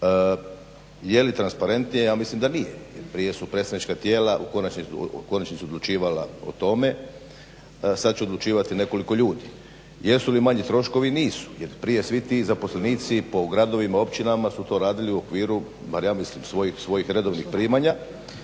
Je li transparentnije? Ja mislim da nije. Prije su predstavnička tijela u konačnici odlučivala o tome, sad će odlučivati nekoliko ljudi. Jesu li manji troškovi, nisu. Jer prije svi ti zaposlenici po gradovima, općinama su to radili u okviru barem ja mislim svojih redovnih primanja